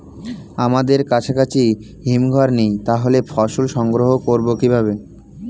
আমাদের কাছাকাছি হিমঘর নেই তাহলে ফসল সংগ্রহ করবো কিভাবে?